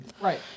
Right